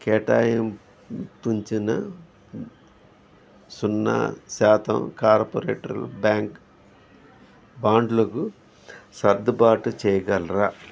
కేటాయింపును సున్నా శాతం కార్పొరేట్ బ్యాంక్ బాండ్లకు సర్దుబాటు చేయగలరా